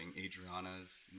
Adriana's